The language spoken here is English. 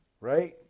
Right